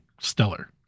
stellar